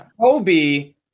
Kobe